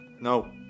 No